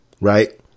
Right